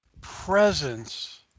presence